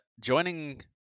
joining